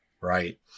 right